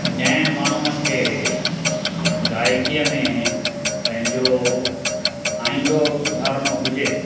जंहिं माण्हूअ खे गायकीअ में पंहिंजो आईंदो सुधारिणो हुजे